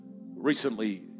recently